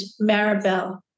Maribel